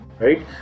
right